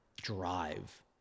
drive